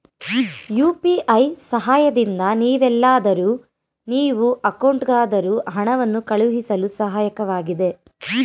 UPI ಸಹಾಯದಿಂದ ನೀವೆಲ್ಲಾದರೂ ನೀವು ಅಕೌಂಟ್ಗಾದರೂ ಹಣವನ್ನು ಕಳುಹಿಸಳು ಸಹಾಯಕವಾಗಿದೆ